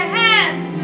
hands